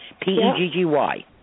P-E-G-G-Y